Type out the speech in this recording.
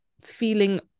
feeling